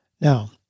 Now